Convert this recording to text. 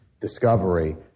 discovery